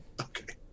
Okay